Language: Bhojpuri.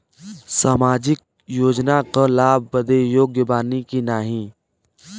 सामाजिक योजना क लाभ बदे योग्य बानी की नाही?